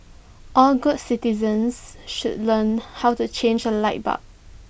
all good citizens should learn how to change A light bulb